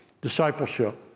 Discipleship